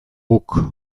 guk